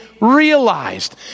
realized